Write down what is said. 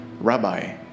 Rabbi